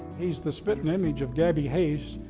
he's the spitting image of gabby hayes,